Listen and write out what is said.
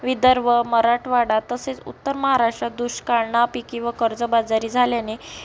विदर्भ मराठवाडा तसेच उत्तर महाराष्ट्रात दुष्काळ नापिकी व कर्जबाजारी झाल्याने